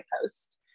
post